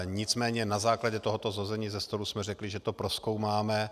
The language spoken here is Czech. Nicméně na základě tohoto shození ze stolu jsme řekli, že to prozkoumáme.